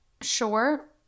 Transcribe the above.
Sure